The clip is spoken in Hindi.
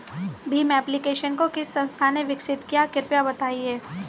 भीम एप्लिकेशन को किस संस्था ने विकसित किया है कृपया बताइए?